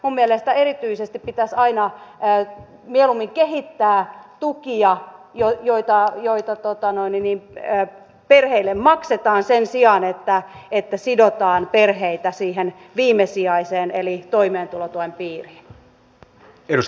minun mielestäni erityisesti pitäisi aina mieluummin kehittää tukia joita perheille maksetaan sen sijaan että sidotaan perheitä sen viimesijaisen eli toimeentulotuen piiriin